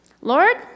Lord